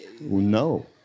No